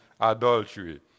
adultery